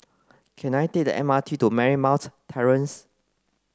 can I take the M R T to Marymount Terrace